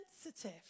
sensitive